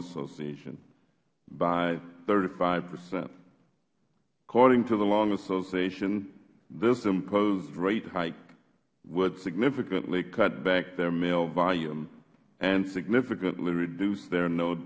association by thirty five percent according to the lung association this imposed rate hike would significantly cut back their mail volume and significantly reduce their